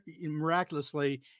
miraculously